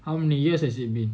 how many years as it been